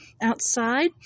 outside